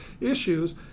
issues